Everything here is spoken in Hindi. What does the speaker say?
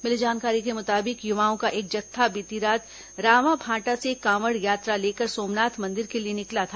मिली जानकारी के मुताबिक युवाओं का एक जत्था बीती रात रावाभांटा से कांवड़ यात्रा लेकर सोमनाथ मंदिर के लिए निकला था